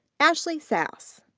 ashlie sass.